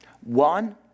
One